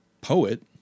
poet